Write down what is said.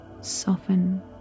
soften